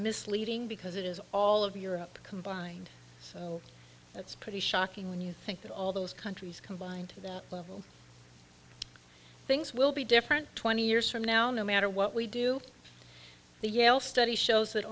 misleading because it is all of europe combined so that's pretty shocking when you think that all those countries combined to that level things will be different twenty years from now no matter what we do the yale study shows that